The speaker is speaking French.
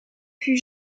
fut